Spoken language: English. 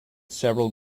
several